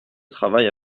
travaille